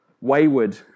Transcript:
wayward